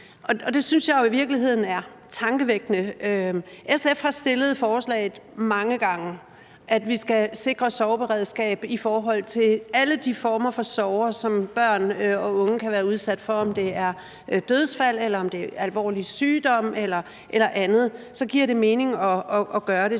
det synes jeg jo i virkeligheden er tankevækkende. SF har fremsat forslag mange gange om, at vi skal sikre sorgberedskab i forhold til alle de former for sorg, som børn eller unge kan bliver udsat for. Om det er dødsfald, eller om det er alvorlig sygdom eller andet, giver det mening at gøre det.